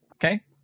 Okay